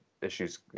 issues